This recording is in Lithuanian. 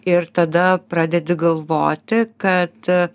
ir tada pradedi galvoti kad